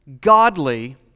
godly